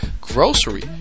grocery